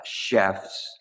chefs